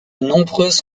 nombreuses